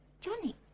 Johnny